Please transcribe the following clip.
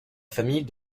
famille